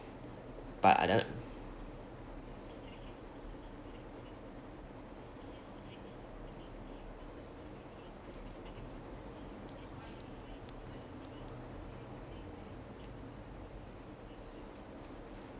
but another